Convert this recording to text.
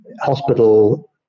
hospital